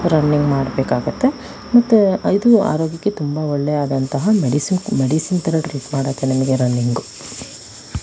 running ಮಾಡ್ಬೇಕಾಗತ್ತೆ ಮತ್ತೆ ಇದು ಆರೋಗ್ಯಕ್ಕೆ ತುಂಬ ಒಳ್ಳೆಯಾದಂತಹ ಮೆಡಿಸಿನ್ ಮೆಡಿಸಿನ್ ಥರ ಟ್ರೀಟ್ ಮಾಡತ್ತೆ ನಮಗೆ ರನ್ನಿಂಗ್